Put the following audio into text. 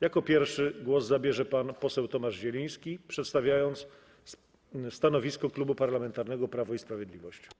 Jako pierwszy głos zabierze pan poseł Tomasz Zieliński, który przedstawi stanowisko Klubu Parlamentarnego Prawo i Sprawiedliwość.